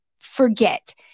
forget